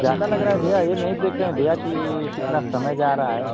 ज़्यादा लग रहा है भैया ये नहीं देख रहें भैया कि कितना समय जा रहा है